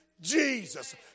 Jesus